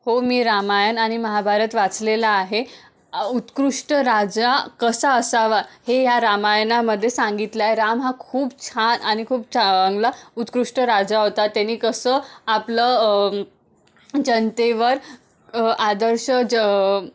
हो मी रामायण आणि महाभारत वाचलेलं आहे उत्कृष्ट राजा कसा असावा हे या रामायणामध्ये सांगितलं आहे राम हा खूप छान आणि खूप चांगला उत्कृष्ट राजा होता त्यानी कसं आपलं जनतेवर आदर्श ज